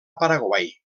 paraguai